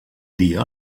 dia